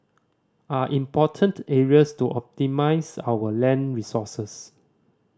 are important areas to optimise our land resources